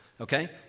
Okay